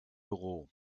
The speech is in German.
büro